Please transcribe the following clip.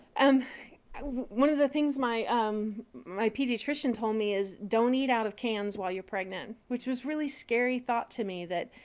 um one of the things my um my pediatrician told me is don't eat out of cans while you're pregnant, which was really a scary thought to me that,